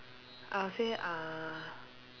I'll say uh